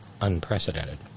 unprecedented